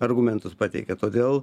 argumentus pateikia todėl